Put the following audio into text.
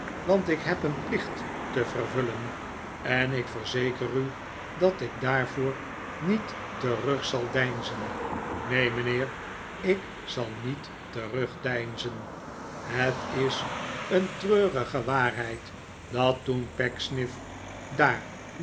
want ik heb een plicht te vervullen en ik verzeker u dat ik daarvoor niet terug zal deinzen neen mijnheer ik zal niet terugdeinzen het is een treurige waarheid dat toen pecksniff daar